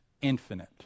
infinite